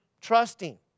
trusting